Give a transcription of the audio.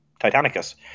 Titanicus